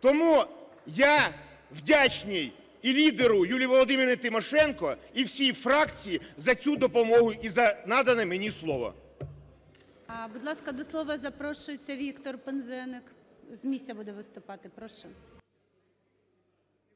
Тому я вдячний і лідеру Юрії Володимирівні Тимошенко, і всій фракції за цю допомогу і за надане мені слово.